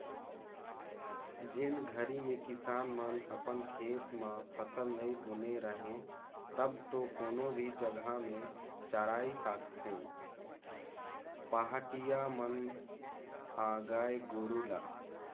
जेन घरी में किसान मन अपन खेत म फसल नइ बुने रहें तब तो कोनो भी जघा में चराय सकथें पहाटिया मन ह गाय गोरु ल